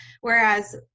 Whereas